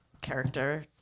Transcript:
character